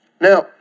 Now